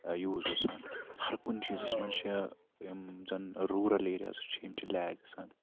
use گَژھان ہَر کُنہِ چیٖزَس منٛز چھِ یِم زَن روٗرل ایٚریاز چھِ یِم چھِ لیٚگ گَژھان